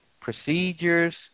procedures